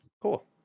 cool